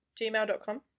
gmail.com